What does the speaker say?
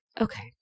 Okay